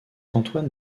antoine